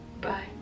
Bye